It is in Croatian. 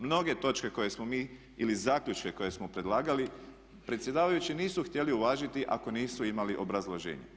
Mnoge točke koje smo mi ili zaključke koje smo predlagali predsjedavajući nisu htjeli uvažiti ako nisu imali obrazloženje.